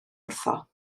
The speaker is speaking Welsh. wrtho